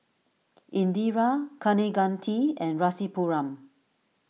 Indira Kaneganti and Rasipuram